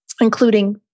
including